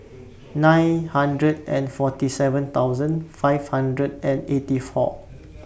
nine hundred and forty seven thousand five hundred and eighty four